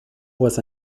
was